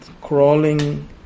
crawling